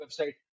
website